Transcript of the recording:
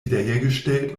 wiederhergestellt